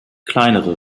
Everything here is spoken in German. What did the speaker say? kleinere